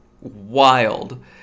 wild